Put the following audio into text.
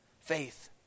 Faith